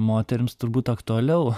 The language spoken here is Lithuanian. moterims turbūt aktualiau